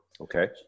Okay